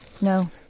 No